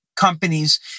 Companies